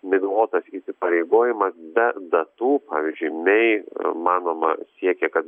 miglotas įsipareigojimas be datų pavyzdžiui mei manoma siekė kad